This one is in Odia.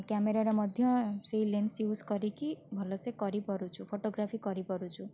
କ୍ୟାମେରାରେ ମଧ୍ୟ ସେହି ଲେନ୍ସ ଇଉଜ୍ କରିକି ଭଲସେ କରିପାରୁଛୁ ଫୋଟୋଗ୍ରାଫୀ କରିପାରୁଛୁ